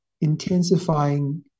intensifying